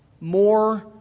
more